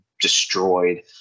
destroyed